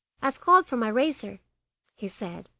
have called for my razor he said,